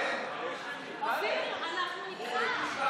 אנחנו